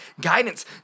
guidance